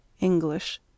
English